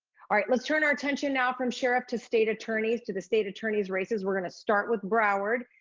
all right, let's turn our attention now from sheriff to state attorneys, to the state attorneys races. we're gonna start with broward.